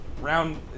round